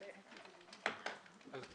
נצטרך לתקן אותן.